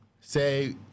say